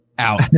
out